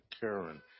Karen